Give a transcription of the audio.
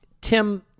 Tim